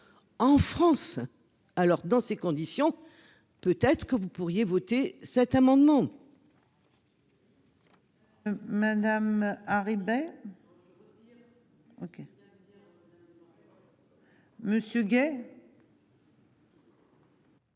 En France, alors dans ces conditions. Peut-être que vous pourriez voter cet amendement. Madame. Harribey. OK. Monsieur gay.